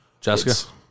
Jessica